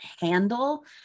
handle